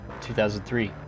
2003